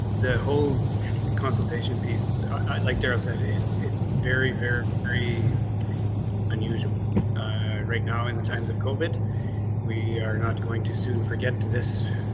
the whole consultation piece, like darrell said it's it's very, very. unusual right now in times of covid we are not going to soon forget to this.